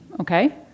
Okay